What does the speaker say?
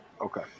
okay